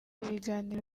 ibiganiro